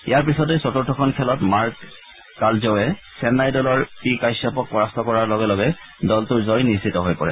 ইয়াৰ পিছতেই চতুৰ্থখন খেলত মাৰ্ক কালজৌয়ে চেন্নাই দলৰ পি কাশ্যপক পৰাস্ত কৰাৰ লগে লগে দলটোৰ জয় নিশ্চিত হৈ পৰে